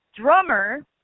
drummer